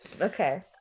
okay